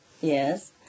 yes